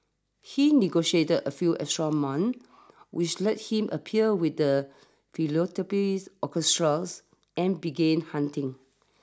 he negotiated a few extra months which let him appear with the Philadelphia's Orchestra's and began hunting